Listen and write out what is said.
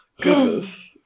Goodness